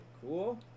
cool